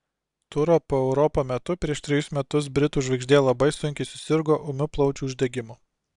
turo po europą metu prieš trejus metus britų žvaigždė labai sunkiai susirgo ūmiu plaučių uždegimu